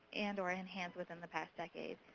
and or enhanced within the past decade,